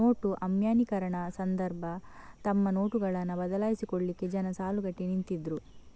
note ಅಮಾನ್ಯೀಕರಣ ಸಂದರ್ಭ ತಮ್ಮ ನೋಟುಗಳನ್ನ ಬದಲಾಯಿಸಿಕೊಳ್ಲಿಕ್ಕೆ ಜನ ಸಾಲುಗಟ್ಟಿ ನಿಂತಿದ್ರು